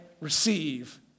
receive